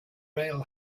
rail